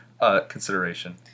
consideration